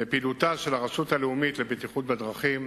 ופעילותה של הרשות הלאומית לבטיחות בדרכים,